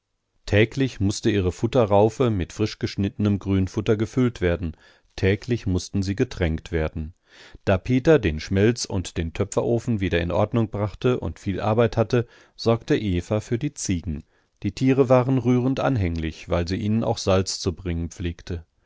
täglich mußte ihre futterraufe mit frischgeschnittenem grünfutter gefüllt werden täglich mußten sie getränkt werden da peter den schmelz und den töpferofen wieder in ordnung brachte und viel arbeit hatte sorgte eva für die ziegen die tiere waren rührend anhänglich weil sie ihnen auch salz zu bringen pflegte